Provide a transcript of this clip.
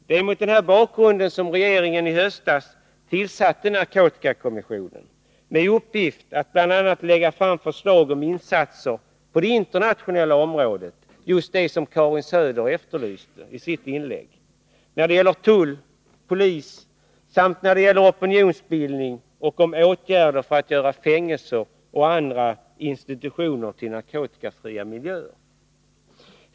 Det är mot den bakgrunden som regeringen i höstas tillsatte narkotikakommissionen med uppgift att bl.a. lägga fram förslag om insatser på det internationella området, dvs. just det som Karin Söder efterlyste i sitt inledande anförande. Dessa åtgärder berör tullens och polisens arbete, opinionsbildning och åtgärder för att göra fängelser och andra institutioner till narkotikafria miljöer.